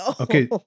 Okay